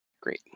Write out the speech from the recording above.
Great